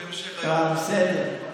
בסדר.